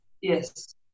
Yes